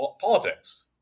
politics